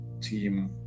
team